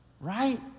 Right